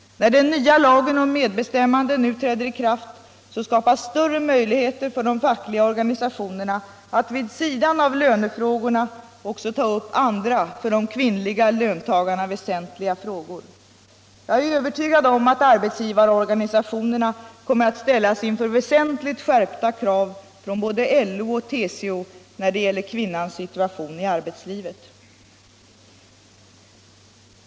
När den nya lagen om medbestämmande nu träder i kraft skapas större möjlighet för de fackliga organisationerna att vid sidan av lönefrågorna också ta upp andra för de kvinnliga löntagarna väsentliga frågor. Jag är övertygad om att arbetsgivarorganisationerna kommer att ställas inför väsentligt skärpta krav från både LO och TCO när det gäller kvinnans situation i arbetslivet.